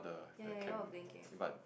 ya ya you were playing games